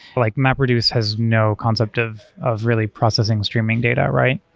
like mapreduce has no concept of of really processing streaming data, right?